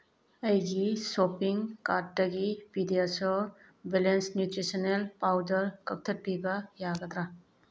ꯑꯩꯒꯤ ꯁꯣꯞꯄꯤꯡ ꯀꯥꯔ꯭ꯗꯇꯒꯤ ꯄꯤꯗꯤꯌꯁꯣꯔ ꯕꯦꯂꯦꯟꯁ ꯅ꯭ꯌꯨꯇ꯭ꯔꯤꯁꯟꯅꯦꯜ ꯄꯥꯎꯗꯔ ꯀꯀꯊꯠꯄꯤꯕ ꯌꯥꯒꯗ꯭ꯔꯥ